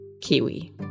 kiwi